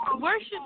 worship